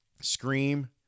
scream